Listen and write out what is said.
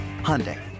Hyundai